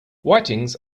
whitings